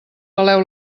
peleu